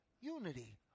unity